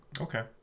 Okay